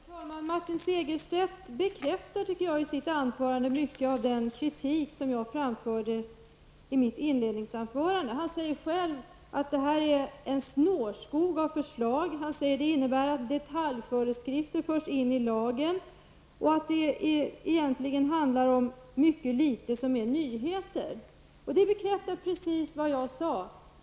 Fru talman! Martin Segerstedt bekräftar, tycker jag, mycket av den kritik som jag framförde i mitt inledningsanförande. Han säger själv att det är en snårskog av förslag, att detaljföreskrifter förs in i lagen och att det egentligen handlar om mycket litet som är nyheter. Det bekräftar precis vad jag sade.